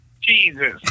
Jesus